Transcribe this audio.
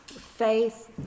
faith